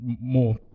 more